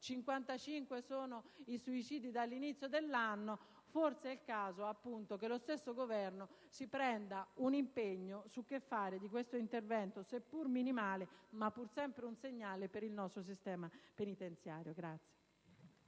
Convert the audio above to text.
55 sono i suicidi dall'inizio dell'anno), forse è il caso che lo stesso Governo si prenda un impegno sull'*iter* di questo intervento legislativo che, seppur minimale, rappresenta un segnale per il nostro sistema penitenziario.